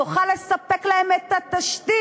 תוכל לספק להם את התשתית.